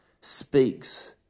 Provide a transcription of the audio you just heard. speaks